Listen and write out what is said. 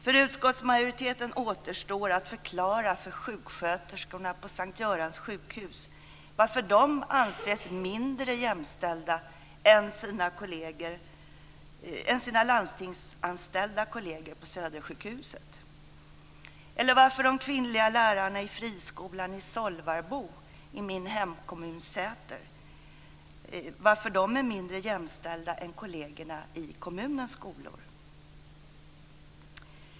För utskottsmajoriteten återstår att förklara för sjuksköterskorna på S:t Görans sjukhus varför de anses mindre jämställda än sina landstingsanställda kolleger på Södersjukhuset, eller för de kvinnliga lärarna i friskolan i Solvarbo i min hemkommun Säter varför de är mindre jämställda än kollegerna i kommunens skolor.